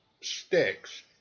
sticks